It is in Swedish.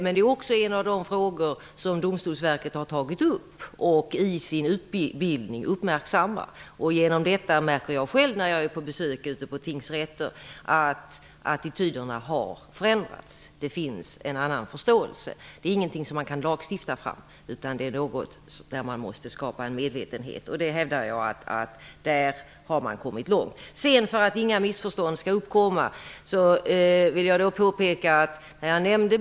Det är just en av de frågor som Domstolsverket har tagit upp och uppmärksammar i sin utbildningen. Jag märker själv vid besök på tingsrätter att attityderna därigenom har förändrats; det finns en annan förståelse. Det är ingenting som man kan lagstifta fram, utan det är något som man måste skapa en medvetenhet om. Jag hävdar att man har kommit långt här. Jag nämnde beloppet 2 miljarder kronor för skador mot enskilda hushåll.